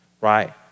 Right